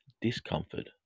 discomfort